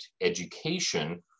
education